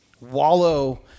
wallow